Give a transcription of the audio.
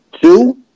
two